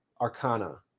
arcana